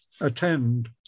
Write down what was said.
attend